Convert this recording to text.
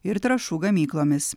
ir trąšų gamyklomis